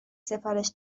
سفارش